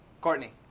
Courtney